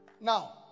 Now